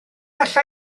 alla